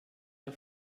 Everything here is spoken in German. der